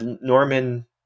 Norman